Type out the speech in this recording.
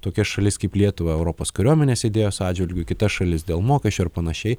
tokias šalis kaip lietuva europos kariuomenės idėjos atžvilgiu kita šalis dėl mokesčių ar panašiai